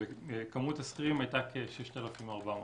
כמות השכירים הייתה כ-6,400.